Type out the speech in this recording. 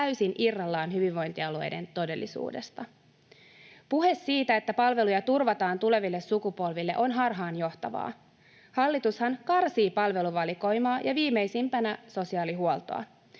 täysin irrallaan hyvinvointialueiden todellisuudesta. Puhe siitä, että palveluja turvataan tuleville sukupolville, on harhaanjohtavaa. Hallitushan karsii palveluvalikoimaa ja viimeisimpänä sosiaalihuoltoa.